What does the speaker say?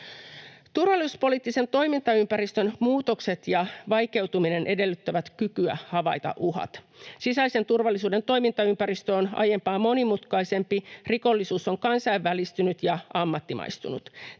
Turvallisuuspoliittisen toimintaympäristön muutokset ja vaikeutuminen edellyttävät kykyä havaita uhat. Sisäisen turvallisuuden toimintaympäristö on aiempaa monimutkaisempi, rikollisuus on kansainvälistynyt ja ammattimaistunut.